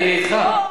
נכון.